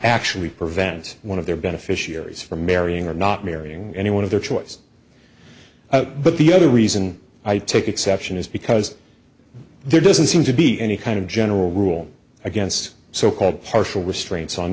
actually prevent one of their beneficiaries from marrying or not marrying anyone of their choice but the other reason i take exception is because there doesn't seem to be any kind of general rule against so called partial restraints on